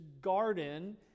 garden